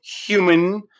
human